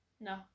No